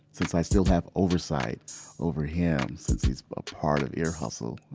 since i still have oversight over him since he's a part of ear hustle,